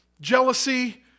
jealousy